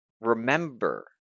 Remember